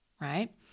right